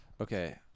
Okay